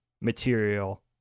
material